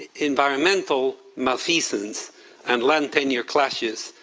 environmental malfeasance and land tenure clashes,